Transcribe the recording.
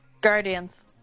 Guardians